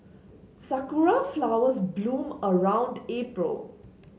sakura flowers bloom around April